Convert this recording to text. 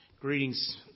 Greetings